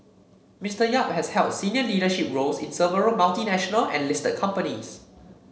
Mister Yap has held senior leadership roles in several multinational and listed companies